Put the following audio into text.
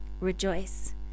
Rejoice